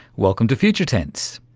welcome to future tense.